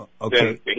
Okay